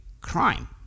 crime